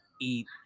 eat